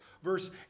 Verse